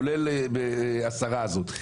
כולל השרה הזאת,